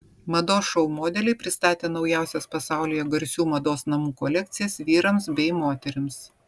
mados šou modeliai pristatė naujausias pasaulyje garsių mados namų kolekcijas vyrams bei moterims